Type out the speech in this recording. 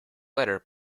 letter